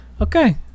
okay